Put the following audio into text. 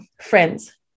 friends